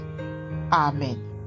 Amen